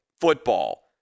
football